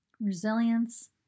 Resilience